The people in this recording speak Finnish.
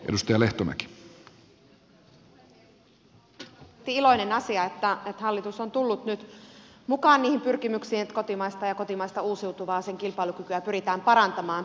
on luonnollisesti iloinen asia että hallitus on tullut nyt mukaan niihin pyrkimyksiin että kotimaisen ja kotimaisen uusiutuvan kilpailukykyä pyritään parantamaan